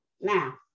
now